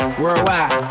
worldwide